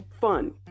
fun